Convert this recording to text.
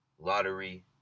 lottery